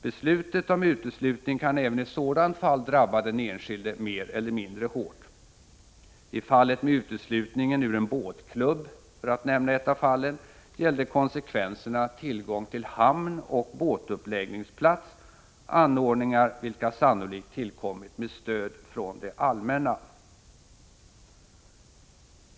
Beslutet om uteslutning kan även i sådant fall drabba den enskilde mer eller mindre hårt. I fallet med uteslutningen ur en båtklubb — för att nämna ett av fallen — gällde konsekvenserna tillgång till hamn och båtuppläggningsplats, anordningar vilka sannolikt tillkommit med stöd från det allmänna.